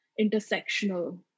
intersectional